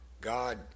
God